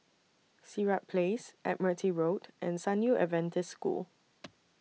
Sirat Place Admiralty Road and San Yu Adventist School